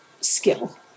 skill